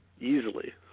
easily